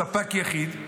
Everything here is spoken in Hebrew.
ספק יחיד,